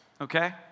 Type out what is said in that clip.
Okay